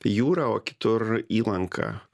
jūra o kitur įlanka